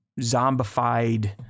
zombified